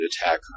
attack